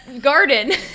Garden